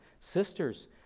sisters